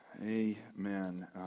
Amen